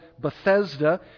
Bethesda